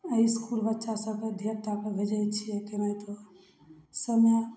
एहि इसकुल बच्चा सभके धियापुताके भेजै छियै एकै बेर तऽ समय